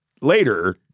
later